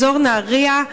באזור נהרייה: